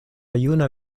juna